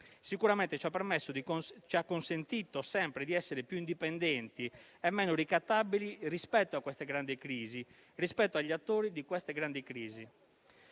sicuramente ci ha consentito sempre di essere più indipendenti e meno ricattabili rispetto a queste grandi crisi,